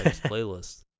playlist